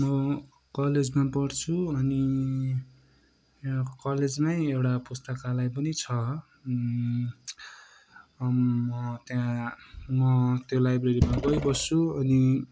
म कलेजमा पढ्छु अनि कलेजमै एउटा पुस्तकालय पनि छ म त्यहाँ म त्यो लाइब्रेरिमा गइबस्छु अनि